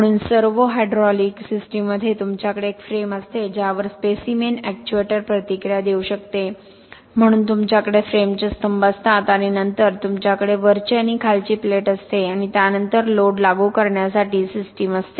म्हणून सर्वोहायड्रॉलिक सिस्टीममध्ये तुमच्याकडे एक फ्रेम असते ज्यावर स्पेसिमेन एक्च्युएटर प्रतिक्रिया देऊ शकते म्हणून तुमच्याकडे फ्रेमचे स्तंभ असतात आणि नंतर तुमच्याकडे वरची आणि खालची प्लेट असते आणि त्यानंतर लोड लागू करण्यासाठी सिस्टम असते